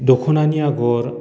दख'नानि आगर